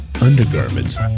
undergarments